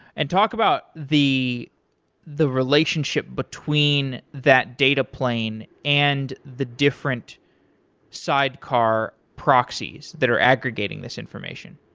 and talk about the the relationship between that data plane and the different sidecar proxies that are aggregating this information.